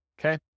okay